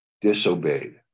disobeyed